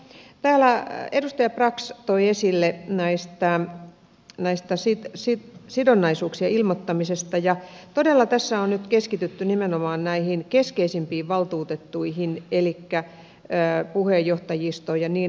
täällä edustaja brax toi esille näistä sidonnaisuuksista ilmoittamisen ja todella tässä on nyt keskitytty nimenomaan näihin keskeisimpiin valtuutettuihin elikkä puheenjohtajistoon ja niin edelleen